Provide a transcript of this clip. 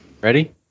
ready